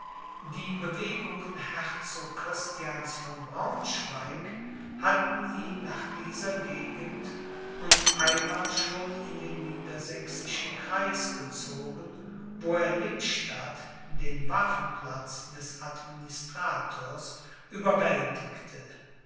die bewegungen herzog christians von braunschweig hatten ihn nach dieser gegend und einmal schon in den niedersächsischen kreis gezogen wo er lippstadt den waffenplatz des administrators